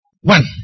One